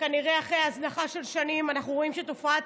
וכנראה אחרי הזנחה של שנים אנחנו רואים שתופעת